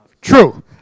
True